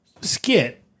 skit